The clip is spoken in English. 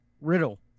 Riddle